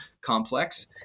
complex